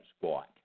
squat